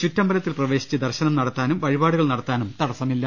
ചുറ്റമ്പലത്തിൽ പ്രവേശിച്ച് ദർശനം നടത്താനും വഴിപാടുകൾ നടത്താനും തടസ്സമില്ല